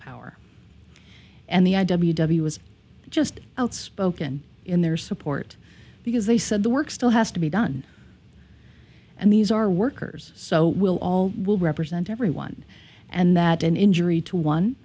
power and the i w w was just outspoken in their support because they said the work still has to be done and these are workers so we'll all will represent everyone and that an injury to one